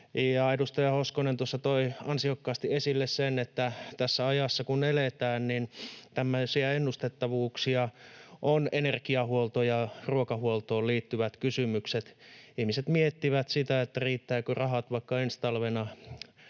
Edustaja Hoskonen tuossa toi ansiokkaasti esille sen, että tässä ajassa kun eletään, niin tämmöisiä ennustettavuuksia ovat energiahuolto ja ruokahuoltoon liittyvät kysymykset. Ihmiset miettivät sitä, riittävätkö rahat vaikka ensi talvena